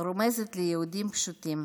רומזת ליהודים פשוטים